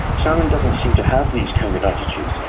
salmond doesn't seem to have these kinds of attitudes.